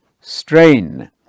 strain